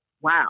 wow